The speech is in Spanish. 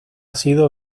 sido